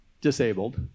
disabled